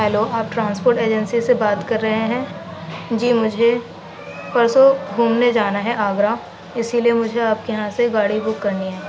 hello آپ transport agency سے بات کر رہے ہیں جی مجھے پرسوں گھومنے جانا ہے آگرہ اسی لیے مجھے آپ کے یہاں سے گاڑی بک کرنی ہے